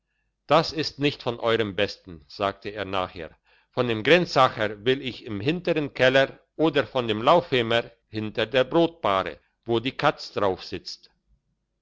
das ist nicht von euerm besten sagte er nachher von dem grenzacher will ich im hintern keller oder von dem laufemer hinter der brotbahre wo die katz darauf sitzt